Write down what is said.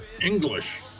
English